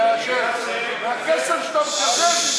אבל למה אתם לא רוצים?